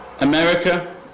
America